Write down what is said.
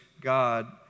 God